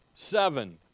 Seven